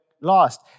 lost